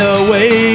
away